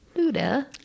Luda